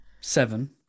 seven